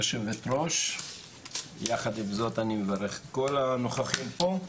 גברתי יושבת-הראש ואת כל הנוכחים פה.